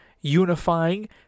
unifying